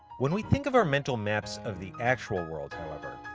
when we think of our mental maps of the actual world, however,